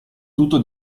tutto